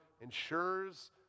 ensures